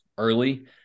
early